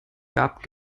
gab